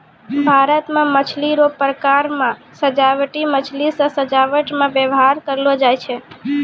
भारत मे मछली रो प्रकार मे सजाबटी मछली जे सजाबट मे व्यवहार करलो जाय छै